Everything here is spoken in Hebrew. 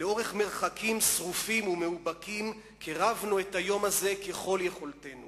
לאורך מרחקים שרופים ומאובקים / קירבנו את היום הזה ככל יכולתנו